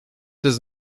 does